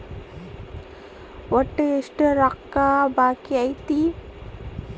ಒಟ್ಟು ಎಷ್ಟು ರೊಕ್ಕ ಬಾಕಿ ಐತಿ?